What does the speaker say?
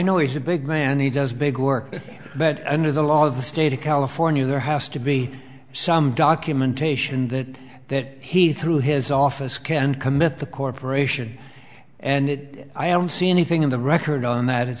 know he's a big man he does big work but under the law of the state of california there has to be some documentation that that he through his office can commit the corporation and i am see anything in the record on that